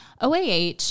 OAH